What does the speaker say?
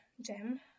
jam